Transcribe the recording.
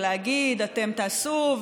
ולהגיד: אתם תעשו,